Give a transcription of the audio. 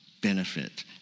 benefit